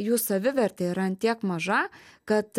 jų savivertė yra ant tiek maža kad